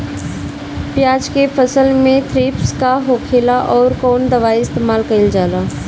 प्याज के फसल में थ्रिप्स का होखेला और कउन दवाई इस्तेमाल कईल जाला?